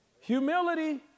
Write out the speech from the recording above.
Humility